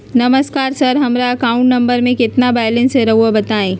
नमस्कार सर हमरा account number में कितना बैलेंस हेई राहुर बताई?